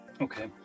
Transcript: Okay